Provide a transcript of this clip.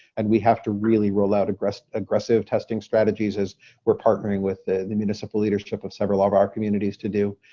and we have to really rollout aggressive aggressive testing strategies as we're partnering with the municipal leadership of several ah of our communities to do.